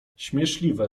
śmieszliwe